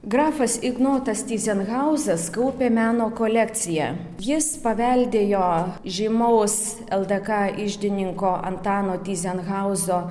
grafas ignotas tyzenhauzas kaupė meno kolekciją jis paveldėjo žymaus ldk iždininko antano tyzenhauzo